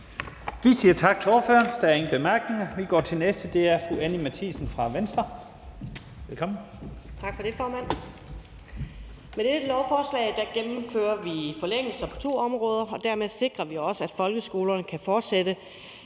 Vi siger tak til ordføreren. Der er ingen korte bemærkninger, og så går vi til den næste, og det er fru Anni Matthiesen fra Venstre. Velkommen. Kl. 13:23 (Ordfører) Anni Matthiesen (V): Tak for det, formand. Med dette lovforslag gennemfører vi forlængelser på to områder, og dermed sikrer vi også, at folkeskolerne kan fortsætte